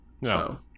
No